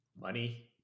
money